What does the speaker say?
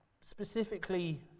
specifically